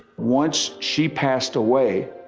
once she passed away,